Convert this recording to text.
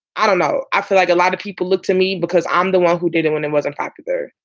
i don't know. i feel like a lot of people look to me because i'm the one who did it when it wasn't popular.